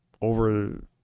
over